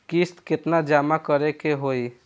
किस्त केतना जमा करे के होई?